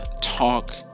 talk